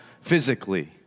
physically